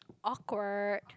awkward